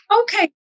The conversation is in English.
Okay